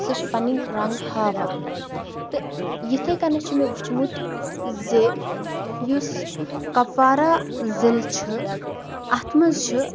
سُہ چھُ پَنٕنۍ رَنگ ہاوان تہٕ یِتھے کَنۍ چھُ مےٚ وٕچھمُت زِ یُس کپوارہ زِلہٕ چھُ اَتھ منٛز چھُ